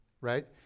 right